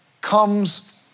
comes